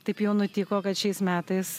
taip jau nutiko kad šiais metais